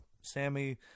Sammy